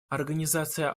организация